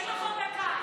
יש לך עוד דקה.